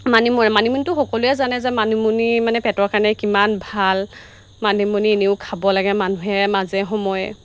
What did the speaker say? মানিময়ে মানিমুনিটো সকলোৱে জানে যে মানিমুনি মানে পেটৰ কাৰণে কিমান ভাল মানিমুনি এনেও খাব লাগে মানুহে মাজে সময়ে